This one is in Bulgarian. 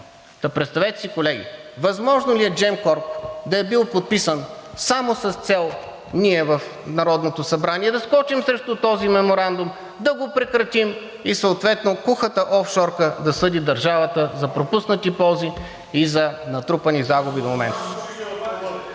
Та, представете си, колеги, възможно ли е Gemcorp да е бил подписан само с цел ние в Народното събрание да скочим срещу този меморандум, да го прекратим и съответно кухата офшорка да съди държавата за пропуснати ползи и за натрупани загуби до момента?